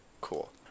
Cool